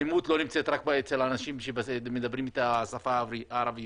האלימות לא נמצאת רק אצל אנשים שמדברים את השפה העברית.